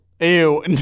Ew